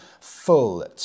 full